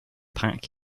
pack